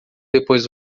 depois